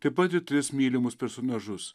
taip pat ir tris mylimus personažus